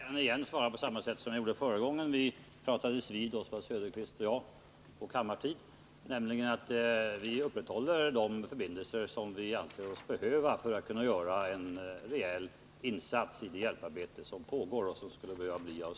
Chiles ambassad i Stockholm används som spioncentral för att registrera chilenska flyktingar i Sverige.